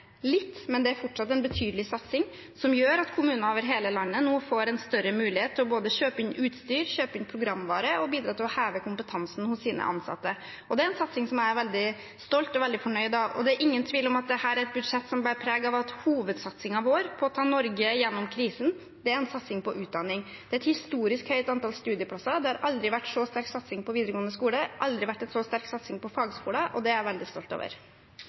men det er fortsatt en betydelig satsing, som gjør at kommuner over hele landet nå får en større mulighet til både å kjøpe inn utstyr, kjøpe inn programvare og bidra til å heve kompetansen hos sine ansatte. Det er en satsing som jeg er veldig stolt av og veldig fornøyd med. Det er ingen tvil om at dette er et budsjett som bærer preg av at hovedsatsingen vår for å ta Norge gjennom krisen er en satsing på utdanning. Det er et historisk høyt antall studieplasser. Det har aldri vært en så sterk satsing på videregående skoler og fagskoler. Det er jeg veldig stolt over. Nok en gang tar en Venstre-leder på seg de ideologiske skylappene og